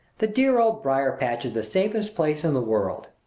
the dear old briar-patch is the safest place in the world.